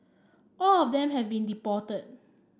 all of them have been deported